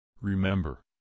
Remember